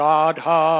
Radha